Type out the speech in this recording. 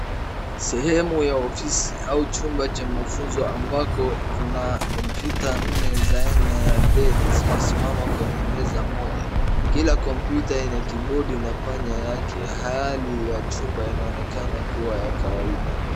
Sehemu ya ofisi au chumba cha mafunzo ambako kuna kompyuta nne za aina ya Deli zimesimama kwenye meza moja, kila kompyuta ina kibodi na panya yake. Hali ya chumba yanaonekana kuwa ya kawaida.